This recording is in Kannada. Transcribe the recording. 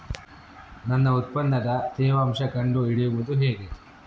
ನನ್ನ ಉತ್ಪನ್ನದ ತೇವಾಂಶ ಕಂಡು ಹಿಡಿಯುವುದು ಹೇಗೆ?